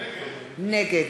נגד